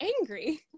angry